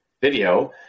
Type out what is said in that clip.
video